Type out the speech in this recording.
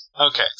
Okay